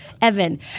Evan